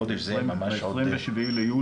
בחודש זה ממש --- ב-27 ביולי.